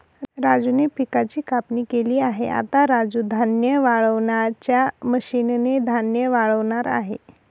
राजूने पिकाची कापणी केली आहे, आता राजू धान्य वाळवणाच्या मशीन ने धान्य वाळवणार आहे